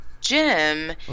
Jim